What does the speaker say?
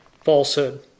falsehood